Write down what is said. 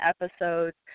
episodes